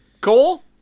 Cole